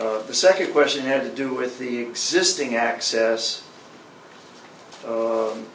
but the second question had to do with the existing access